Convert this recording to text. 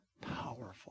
powerful